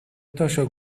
تاشو